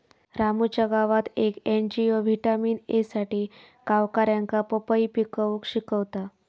रामूच्या गावात येक एन.जी.ओ व्हिटॅमिन ए साठी गावकऱ्यांका पपई पिकवूक शिकवता